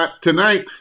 tonight